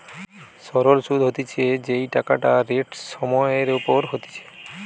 সরল সুধ হতিছে যেই টাকাটা রেট সময় এর ওপর হতিছে